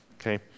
okay